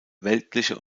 weltliche